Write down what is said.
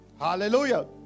Hallelujah